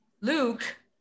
luke